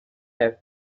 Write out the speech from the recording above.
have